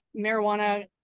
marijuana